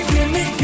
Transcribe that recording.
Gimme